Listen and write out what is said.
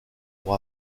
pour